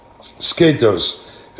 skaters